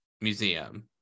Museum